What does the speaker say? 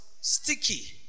sticky